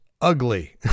Ugly